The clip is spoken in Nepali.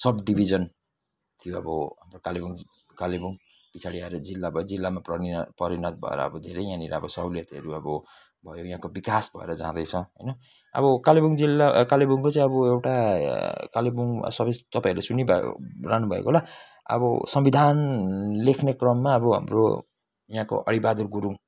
सब डिभिजन थियो अब कालेबुङ कालेबुङ पिछाडि आएर जिल्ला भयो जिल्लामा परिणत परिणत भएर अबो धेरै यहाँनेर अब सहुलियतहरू अब भयो अब यहाँको विकास भएर जाँदैछ होइन अब कालेबुङ जिल्ला कालेबुङको चाहिँ अब एउटा कालेबुङ सर्भिस तपाईँहरूले सुनिरहनुभएको होला अब संविधान लेख्ने क्रममा अब हाम्रो यहाँको अरी बहादुर गुरुङ